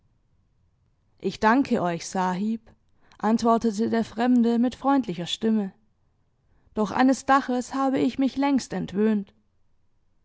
ich danke euch sahib antwortete der fremde mit freundlicher stimme doch eines daches habe ich mich längst entwöhnt